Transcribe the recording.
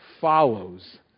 follows